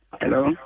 Hello